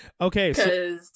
Okay